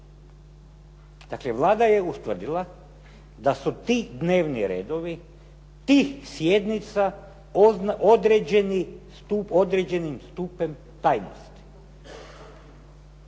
Dakle, Vlada je ustvrdila da su ti dnevni redovi tih sjednica određenim stupnjem tajnosti.